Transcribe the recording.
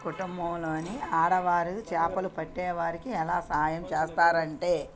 కుటుంబంలోని ఆడవారు చేపలు పట్టే వారికి ఎలా సాయం చేస్తారంటే